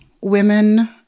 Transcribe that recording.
women